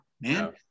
man